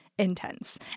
Intense